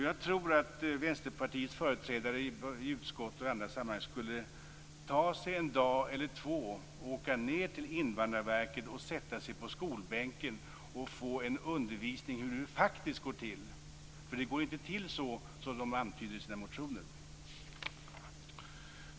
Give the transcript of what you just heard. Jag tror att Vänsterpartiets företrädare i utskott och andra sammanhang skulle ta sig en dag eller två, åka till Invandrarverket, sätta sig på skolbänken och få undervisning i hur det faktiskt går till. Det går nämligen inte till så som man antyder i sina motioner.